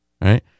right